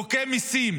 חוקי מיסים